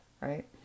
right